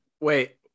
Wait